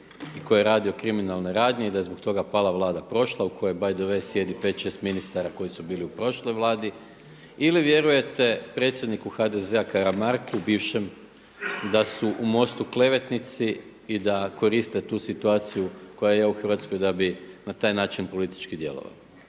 koji je radio kriminalne radnje i da je zbog toga vlada prošla u kojoj by the way sjedi 5,6 ministara koji su bili u prošloj vladi ili vjerujete predsjedniku HDZ-a Karamarku bivšem da su u MOST-u klevetnici i da koriste tu situaciju koja je u Hrvatskoj da bi na taj način politički djelovali.